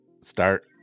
start